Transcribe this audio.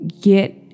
Get